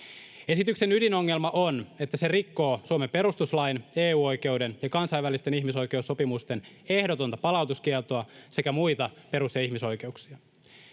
Esityksen ydinongelma on, että se rikkoo Suomen perustuslain, EU-oikeuden ja kansainvälisten ihmisoikeussopimusten ehdotonta palautuskieltoa sekä muita perus- ja ihmisoikeuksia.